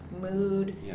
mood